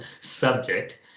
subject